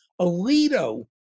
Alito